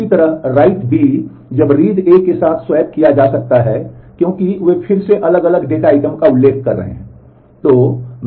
इसी तरह write B तब read A के साथ स्वैप किया जा सकता है क्योंकि वे फिर से अलग अलग डेटा आइटम का उल्लेख कर रहे हैं